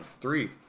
Three